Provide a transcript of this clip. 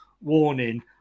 warning